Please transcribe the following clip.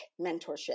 mentorship